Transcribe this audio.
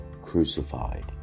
crucified